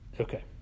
Okay